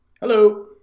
Hello